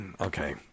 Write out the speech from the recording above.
Okay